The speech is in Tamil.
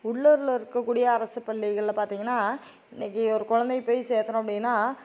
உள்ளூரில் இருக்கக்கூடிய அரசு பள்ளிகளில் பார்த்தீங்கன்னா இன்றைக்கி ஒரு கொழந்தைய போய் சேர்த்துறோம் அப்படின்னா